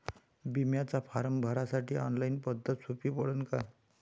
बिम्याचा फारम भरासाठी ऑनलाईन पद्धत सोपी पडन का?